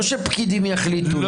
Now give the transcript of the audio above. לא שפקידים יחליטו לו.